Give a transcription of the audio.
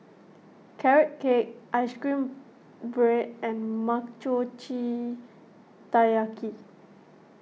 Carrot Cake Ice Cream Bread and Mochi Taiyaki